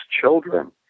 children